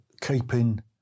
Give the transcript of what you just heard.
keeping